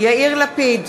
יאיר לפיד,